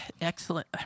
Excellent